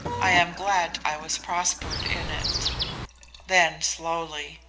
i am glad i was prospered in it then slowly.